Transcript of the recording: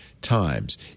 times